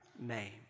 name